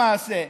למעשה,